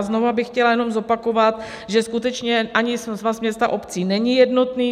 Znova bych chtěla jenom zopakovat, že skutečně ani Svaz měst a obcí není jednotný.